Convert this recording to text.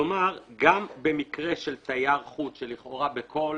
כלומר, גם במקרה של תייר חוץ, שלכאורה כל